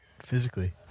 physically